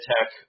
Tech